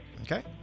Okay